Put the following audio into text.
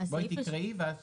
תקראי ואז